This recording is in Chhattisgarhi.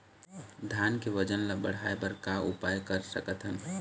धान के वजन ला बढ़ाएं बर का उपाय कर सकथन?